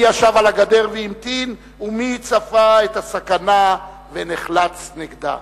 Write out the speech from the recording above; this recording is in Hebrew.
מי ישב על הגדר והמתין ומי צפה את הסכנה ונחלץ נגדה.